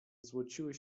złociły